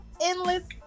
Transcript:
endless